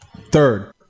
Third